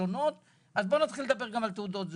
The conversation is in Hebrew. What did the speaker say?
שונות אז בואו נתחיל לדבר על תעודות זהות.